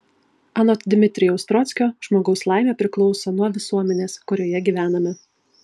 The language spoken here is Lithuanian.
anot dmitrijaus trockio žmogaus laimė priklauso nuo visuomenės kurioje gyvename